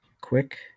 quick